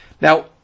Now